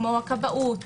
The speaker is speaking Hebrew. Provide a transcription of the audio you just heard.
כבאות,